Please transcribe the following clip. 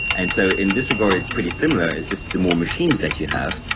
and so in this regard, it's pretty similar it's just that the more machines that you have,